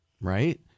Right